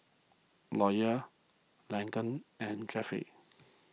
Lawyer Laken and Jeffrey